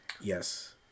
Yes